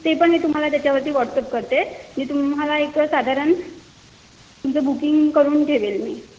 ते पण मी तुम्हाला त्याच्यावरती वॉटसॲप करते मी तुम्हाला एक साधारण तुमचं बुकिंग करून ठेवेल मी